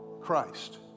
Christ